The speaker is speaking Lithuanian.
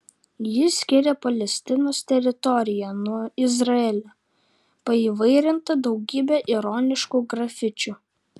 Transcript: ji skiria palestinos teritoriją nuo izraelio paįvairinta daugybe ironiškų grafičių